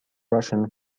russian